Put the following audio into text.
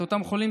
את אותם חולים,